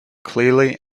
clearly